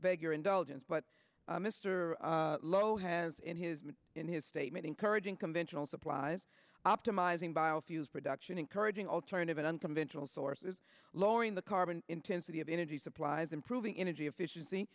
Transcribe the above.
beg your indulgence but mr low has in his mind in his statement encouraging conventional supplies optimizing biofuels production encouraging alternative and unconventional sources lowering the carbon intensity of energy supplies improving energy efficiency